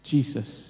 Jesus